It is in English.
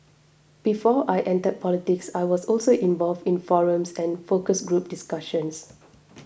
before I entered politics I was also involved in forums and focus group discussions